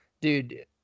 dude